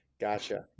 Gotcha